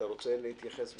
אתה רוצה להתייחס בבקשה?